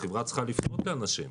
החברה צריכה לפנות לאנשים.